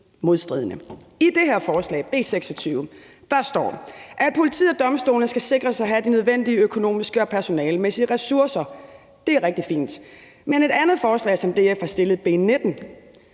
skal »... sikre, at politiet og domstolene har de nødvendige økonomiske og personalemæssige ressourcer ...«. Det er rigtig fint. Men et andet forslag, som DF har fremsat, B 19,